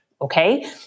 okay